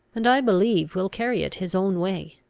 and i believe will carry it his own way.